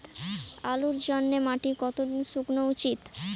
আলুর জন্যে মাটি কতো দিন শুকনো উচিৎ?